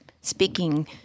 speaking